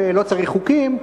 ולא צריך חוקים.